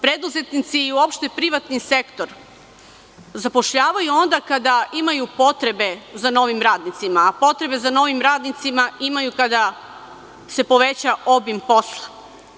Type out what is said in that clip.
Preduzetnici i uopšte privatni sektor zapošljavaju onda kada imaju potrebe za novim radnicima, a potrebe za novim radnicima imaju kada se poveća obim posla.